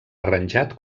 arranjat